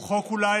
הוא חוק שאולי,